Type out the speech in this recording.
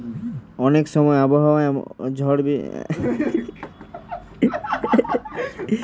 অনেক সময় আবহাওয়া এবং ঝড় বৃষ্টির জন্যে চাষ বাসের ক্ষতি হয়